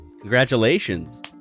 Congratulations